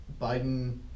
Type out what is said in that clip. Biden